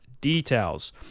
details